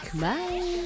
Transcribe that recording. Bye